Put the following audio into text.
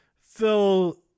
fill